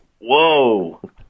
Whoa